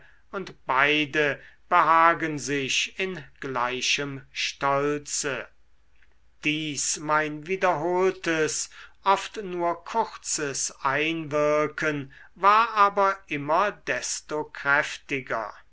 und beide behagen sich in gleichem stolze dies mein wiederholtes oft nur kurzes einwirken war aber immer desto kräftiger